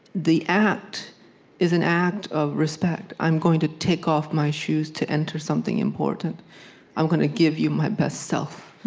the act is an act of respect i'm going to take off my shoes to enter something important i'm going to give you my best self.